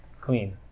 clean